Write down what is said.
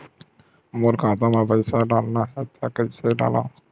मोर खाता म पईसा डालना हे त कइसे डालव?